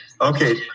okay